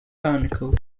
barnacle